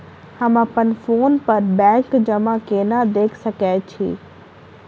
हम अप्पन फोन पर बैंक जमा केना देख सकै छी?